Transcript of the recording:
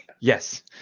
Yes